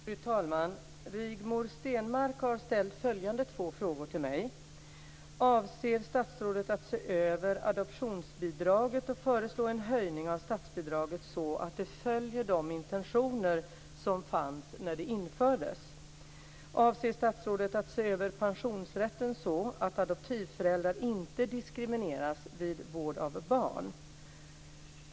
Fru talman! Rigmor Stenmark har ställt följande två frågor till mig: Avser statsrådet att se över adoptionsbidraget och föreslå en höjning av statsbidraget så att det följer de intentioner som fanns när det infördes?